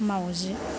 मावजि